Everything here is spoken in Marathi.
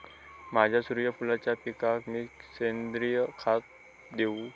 माझ्या सूर्यफुलाच्या पिकाक मी सेंद्रिय खत देवू?